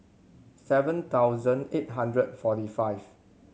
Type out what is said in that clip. seven thousand eight hundred forty five